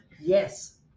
Yes